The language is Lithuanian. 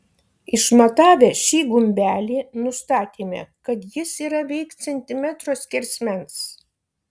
išmatavę šį gumbelį nustatėme kad jis yra veik centimetro skersmens